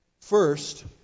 First